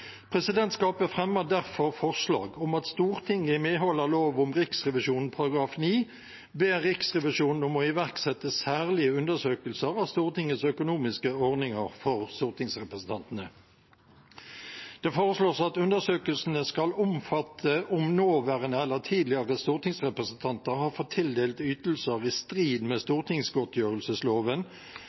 Presidentskapet fremmer derfor forslag om at Stortinget i medhold av lov om Riksrevisjonen § 9 ber Riksrevisjonen om å iverksette særlige undersøkelser av Stortingets økonomiske ordninger for stortingsrepresentantene. Det foreslås at undersøkelsene skal omfatte om nåværende eller tidligere stortingsrepresentanter har fått tildelt ytelser i strid med stortingsgodtgjørelsesloven,